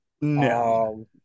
No